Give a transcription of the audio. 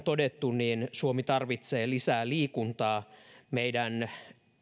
todettu suomi tarvitsee lisää liikuntaa meidän